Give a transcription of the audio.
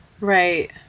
Right